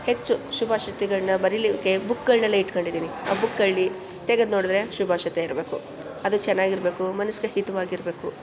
ಹೆಚ್ಚು ಶುಭಾಷಿತಗಳನ್ನ ಬರೀಲಿಕ್ಕೆ ಬುಕ್ಗಳನ್ನೆಲ್ಲ ಇಟ್ಕೊಂಡಿದ್ದೀನಿ ಆ ಬುಕ್ಕಲ್ಲಿ ತೆಗೆದು ನೋಡಿದ್ರೆ ಶುಭಾಷಿತ ಇರಬೇಕು ಅದು ಚೆನ್ನಾಗಿರ್ಬೇಕು ಮನಸ್ಸಿಗೆ ಹಿತವಾಗಿರಬೇಕು